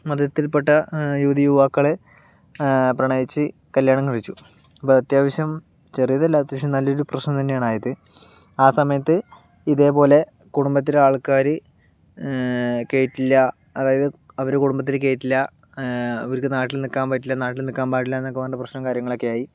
മതത്തിൽപ്പെട്ട യുവതീയുവാക്കൾ പ്രണയിച്ച് കല്യാണം കഴിച്ചു അപ്പം അത്യാവശ്യം ചെറിയതല്ല അത്യാവശ്യം നല്ലൊരു പ്രശ്നം തന്നെയാണ് ആയത് ആ സമയത്ത് ഇതുപോലെ കുടുംബത്തിലെ ആൾക്കാർ കയറ്റുകയില്ല അതായത് അവരെ കുടുംബത്തിൽ കയറ്റുകയില്ല അവർക്കു നാട്ടിൽ നിൽക്കാൻ പറ്റില്ല നാട്ടിൽ നിൽക്കാൻ പാടില്ലായെന്നൊക്കെപ്പറഞ്ഞിട്ട് പ്രശ്നവും കാര്യങ്ങളൊക്കെ ആയി